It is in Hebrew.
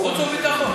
חוץ וביטחון.